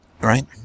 right